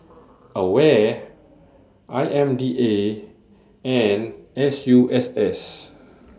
AWARE I M D A and S U S S